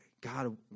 God